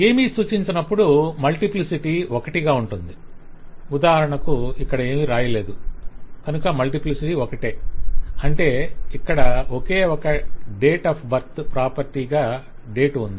ఏమీ సూచించనప్పుడు మల్టిప్లిసిటీ ఒకటిగా ఉంటుంది ఉదాహరణకు ఇక్కడ ఏమీ రాయలేదు కనుక మల్టిప్లిసిటీ ఒకటి అంటే ఇక్కడ ఒకే ఒక డేట్ ఆఫ్ బర్త్ ప్రాపర్టీ గా డేట్ ఉంది